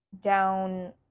down